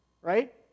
right